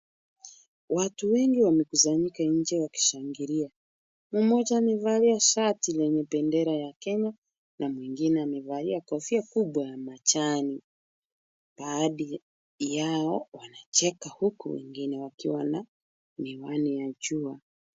Watu wengi wamekusanyika nje wakishaangiria. Mmoja amevalia shati lenye bendera ya Kenya, na mwingine amevalia kofia kubwa ya majani. Baadhi yao wanacheka huku, wengine wakiwa na miwani ya jua.